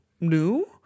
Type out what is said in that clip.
New